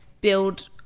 build